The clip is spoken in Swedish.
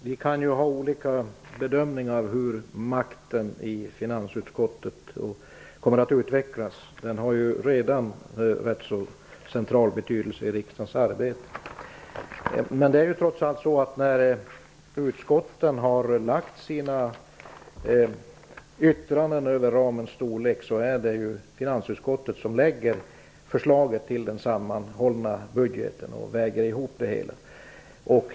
Herr talman! Vi kan göra olika bedömningar om hur makten i finansutskottet kommer att utvecklas. Finansutskottet har redan en ganska central betydelse i riksdagens arbete. När utskotten har avgett sina yttranden över budgetramens storlek gör finansutskottet en sammanvägning och lägger fram ett förslag till en sammanhållen budget.